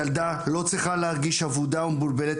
ילדה לא צריכה להרגיש אבודה ומבולבלת